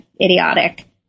idiotic